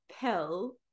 pill